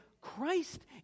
Christ